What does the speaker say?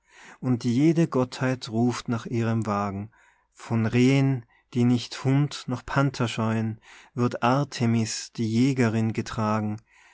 und jede gottheit ruft nach ihrem wagen von rehen die nicht hund noch panther scheuen wird artemis die jägerin getragen